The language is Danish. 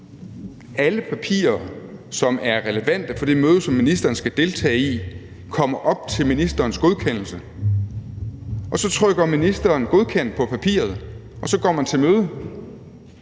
Alle papirer, som er relevante for det møde, som ministeren skal deltage i, kommer op til ministerens godkendelse, og så trykker ministeren godkendt på papiret, og så går man til møde.